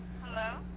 Hello